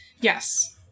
Yes